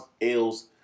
ales